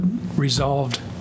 resolved